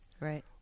Right